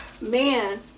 man